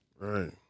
Right